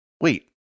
wait